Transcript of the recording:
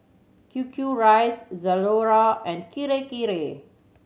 Q Q Rice Zalora and Kirei Kirei